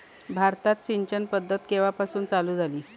भारतात सिंचन पद्धत केवापासून चालू झाली?